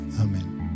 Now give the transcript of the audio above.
Amen